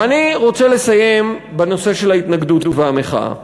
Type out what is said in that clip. ואני רוצה לסיים בנושא של ההתנגדות והמחאה.